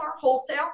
Wholesale